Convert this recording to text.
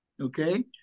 okay